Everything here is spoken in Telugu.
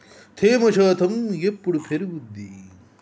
తేమ శాతం ఎప్పుడు పెరుగుద్ది?